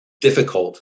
difficult